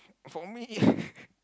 for me